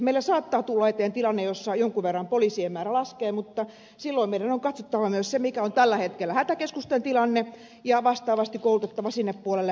meillä saattaa tulla eteen tilanne jossa jonkun verran poliisien määrä laskee mutta silloin meidän on katsottava myös se mikä on tällä hetkellä hätäkeskusten tilanne ja vastaavasti koulutettava sinne puolelle hätäkeskuspäivystäjiä lisää